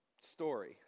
story